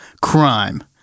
crime